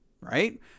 right